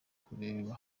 kureba